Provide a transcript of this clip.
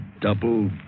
double